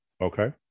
okay